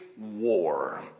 war